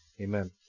Amen